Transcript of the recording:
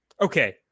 okay